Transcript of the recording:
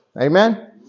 Amen